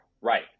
Right